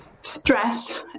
stress